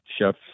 chef